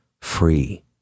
free